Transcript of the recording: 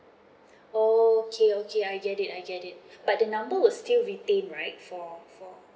okay okay I get it I get it but the number would still retain right for for